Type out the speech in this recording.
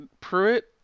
Pruitt